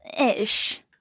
Ish